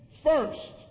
first